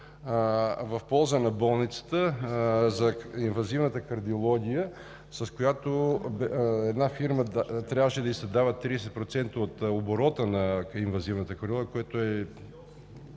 в полза на болницата за инвазивната кардиология, с който на една фирма трябваше да ѝ се дават 30% от оборота на инвазивната кардиология.